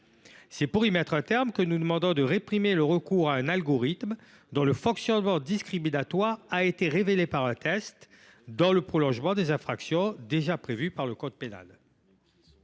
Pour mettre un terme à ces pratiques, nous demandons de réprimer le recours à un algorithme dont le fonctionnement discriminatoire a été révélé par un test, dans le prolongement des infractions déjà prévues par le code pénal.